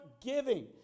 giving